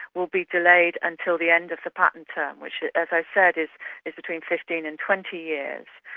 will be delayed until the end of the patent term, which as i said is is between fifteen and twenty years.